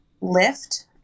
lift